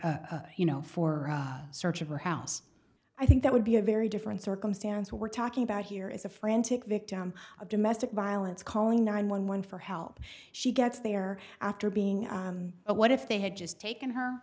concern you know for a search of her house i think that would be a very different circumstance we're talking about here is a frantic victim of domestic violence calling nine one one for help she gets there after being what if they had just taken her